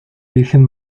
virgen